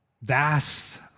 vast